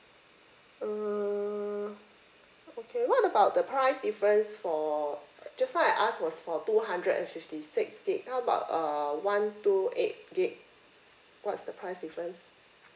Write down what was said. err okay what about the price difference for f~ just now I ask was for two hundred and fifty six gigabyte how about err one two eight gigabyte what's the price difference